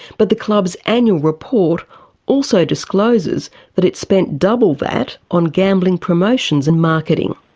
but the club's annual report also discloses that it spent double that on gambling promotions and marketing.